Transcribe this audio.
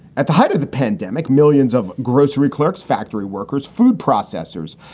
at the height of the pandemic, millions of grocery clerks, factory workers, food processors,